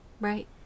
Right